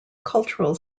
cultural